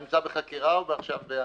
אני נמצא בחקירה או עכשיו באמירה?